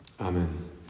Amen